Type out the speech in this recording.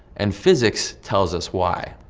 and physics tells us why.